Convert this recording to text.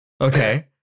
Okay